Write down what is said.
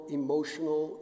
emotional